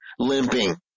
Limping